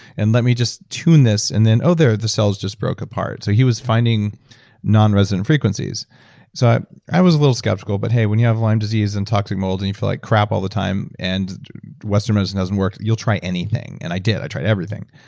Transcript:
and let me just tune this and then, oh there, the cells just broke apart. so he was finding nonresident frequencies so i was a little skeptical, but hey, when you have lyme disease and toxic mold and you feel like crap all the time, and western medicine doesn't work, you'll try anything. i did, i tried everything.